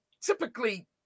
typically